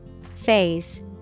Phase